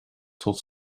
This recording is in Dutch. tot